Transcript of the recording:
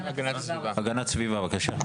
הגנת סביבה בבקשה.